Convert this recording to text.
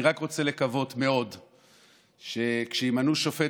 אני רק רוצה לקוות מאוד שכשימנו שופט